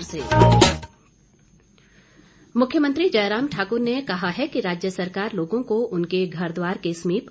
मुख्यमंत्री मुख्यमंत्री जयराम ठाकुर ने कहा है कि राज्य सरकार लोगों को उनके घर द्वार के समीप